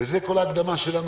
ועל זה הייתה כל ההקדמה שלי,